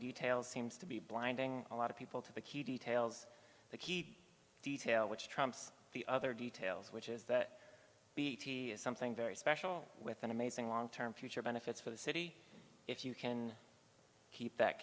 details seems to be blinding a lot of people to the key details the key detail which trumps the other details which is that something very special with an amazing long term future benefits for the city if you can keep that